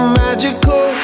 magical